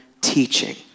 teaching